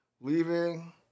leaving